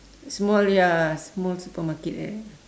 small ya small supermarket like that